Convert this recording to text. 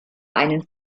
einen